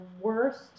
worst